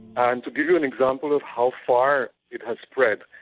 and to give you an example of how far it has spread,